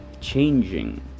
Changing